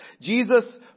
Jesus